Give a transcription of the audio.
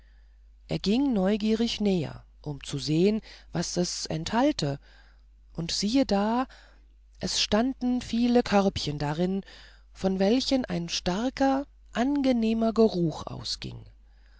er ging neugierig näher um zu sehen was es enthalte und siehe da es standen viele körbchen darinnen von welchen ein starker angenehmer geruch ausging